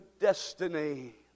destiny